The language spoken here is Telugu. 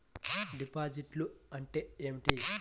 డిపాజిట్లు అంటే ఏమిటి?